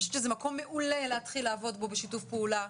זה מקום מעולה להתחיל לעבוד בו בשיתוף פעולה.